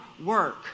work